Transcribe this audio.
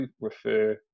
refer